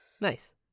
Nice